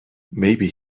maybe